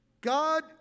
God